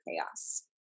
chaos